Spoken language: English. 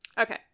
Okay